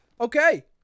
Okay